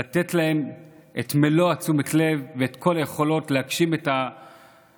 לתת להם את מלוא תשומת הלב ואת כל היכולות להגשים את הפוטנציאל